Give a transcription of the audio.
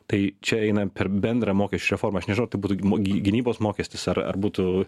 tai čia eina per bendrą mokesčių reformą aš nežinau tai būtų mo gy gynybos mokestis ar ar būtų